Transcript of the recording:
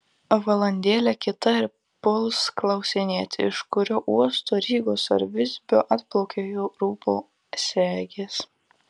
valandėlė kita ir puls klausinėti iš kurio uosto rygos ar visbio atplaukė jo rūbo segės